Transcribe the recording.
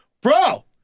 Bro